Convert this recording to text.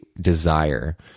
desire